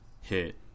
hit